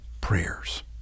prayers